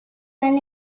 run